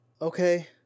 Okay